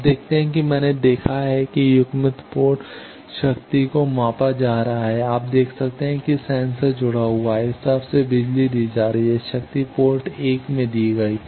आप देखते हैं मैंने देखा है कि युग्मित पोर्ट शक्ति को मापा जा रहा है आप देख सकते हैं कि सेंसर जुड़ा हुआ है इस तरफ से बिजली दी जा रही है शक्ति पोर्ट 1 में दी गई है